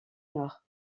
nord